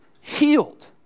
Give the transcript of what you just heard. healed